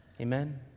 Amen